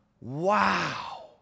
wow